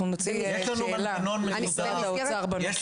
אנחנו נוציא שאלה למשרד האוצר בנושא הזה,